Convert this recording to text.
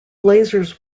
blazers